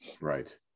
Right